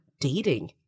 dating